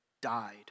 died